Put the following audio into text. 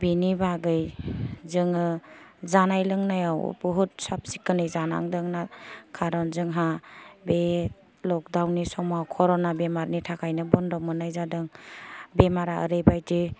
बिनि बागै जोङो जानाय लोंनायाव बहुत साब सिखोनै जानांदों कारन जोंहा बे लकडाउन नि समाव कर'ना बेरामनि थाखायनो बन्द' मोननाय जादों बेरामा ओरै बायदि